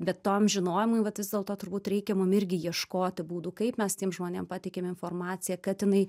be tam žinojimui vat vis dėlto turbūt reikia mum irgi ieškoti būdų kaip mes tiem žmonėm pateikiam informaciją kad jinai